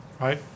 right